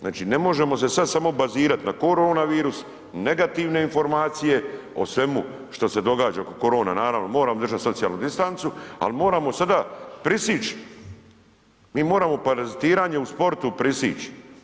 Znači ne možemo se sad samo bazirat na korona virus, negativne informacije o svemu što se događa, korona naravno moramo držat socijalnu distancu, ali sada prisić, mi moramo parazitiranje u sportu prisić.